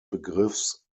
begriffs